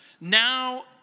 now